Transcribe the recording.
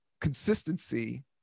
consistency